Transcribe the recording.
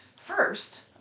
First